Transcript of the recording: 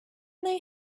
they